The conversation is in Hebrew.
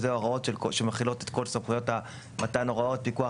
שאלו הוראות שמכילות את כל סמכויות מתן הוראות פיקוח